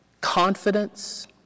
confidence